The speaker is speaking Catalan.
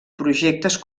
projectes